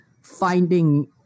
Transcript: finding